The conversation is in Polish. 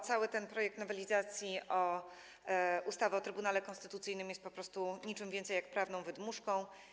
Cały ten projekt nowelizacji ustawy o Trybunale Konstytucyjnym jest po prostu niczym więcej niż prawną wydmuszką.